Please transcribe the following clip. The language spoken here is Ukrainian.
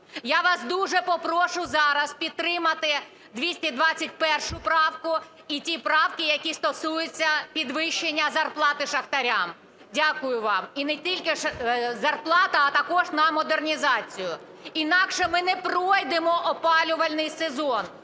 Я вас дуже попрошу зараз підтримати 221 правку і ті правки, які стосуються підвищення зарплати шахтарям. Дякую вам. І не тільки зарплата, а також на модернізацію, інакше ми не пройдемо опалювальний сезон.